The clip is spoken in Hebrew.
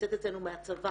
נמצאת אצלנו מהצבא